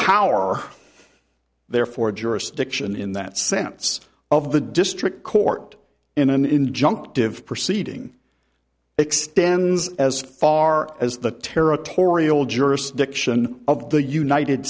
power therefore jurisdiction in that sense of the district court in an injunction give proceeding extends as far as the territorial jurisdiction of the united